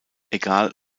egal